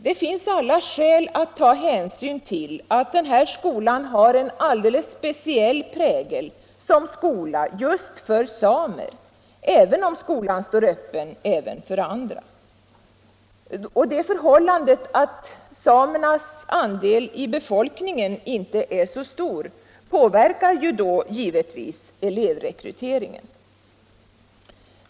Det finns alla skäl att ta hänsyn till att skolan har en alldeles speciell prägel som skola just för samer, även om skolan står öppen också för andra. Det förhållandet att samernas andel i befolkningen inte är så stor påverkar givetvis elevrekryteringen.